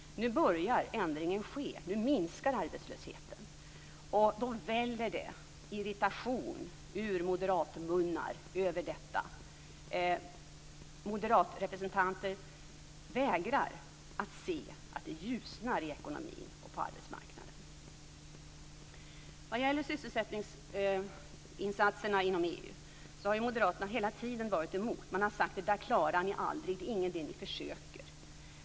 Nu börjar ändringen ske, nu minskar arbetslösheten. Då väller det irritation ur moderatmunnar över detta. Moderatrepresentanter vägrar att se att det ljusnar i ekonomin och på arbetsmarknaden. Vad gäller sysselsättningsinsatserna inom EU har moderaterna hela tiden varit emot. Man har sagt att det där klarar ni aldrig, det är ingen idé att ni försöker.